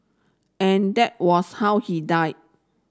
and that was how he died